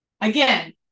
Again